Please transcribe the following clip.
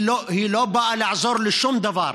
היא לא באה לעזור בשום דבר,